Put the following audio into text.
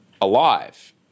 alive